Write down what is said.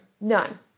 None